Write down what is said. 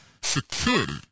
security